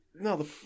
no